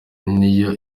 niyo